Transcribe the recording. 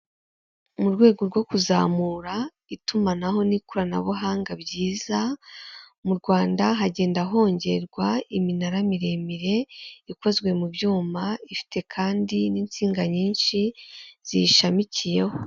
Mu rwego rwo kuzamura itumanaho n'ikoranabuhanga byiza, mu Rwanda hagenda hongerwa iminara miremire ikozwe mu byuma ifite kandi n'insinga nyinshi ziyishamikiyeho.